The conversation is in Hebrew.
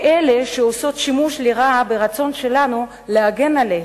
כי אלה שעושות שימוש לרעה ברצון שלנו להגן עליהן,